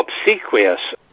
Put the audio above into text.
obsequious